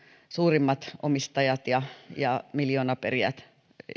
suurimmat omistajat ja ja miljoonaperijät